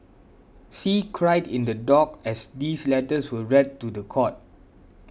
see cried in the dock as these letters were read to the court